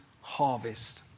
harvest